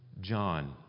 John